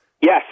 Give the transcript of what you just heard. Yes